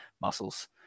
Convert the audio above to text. muscles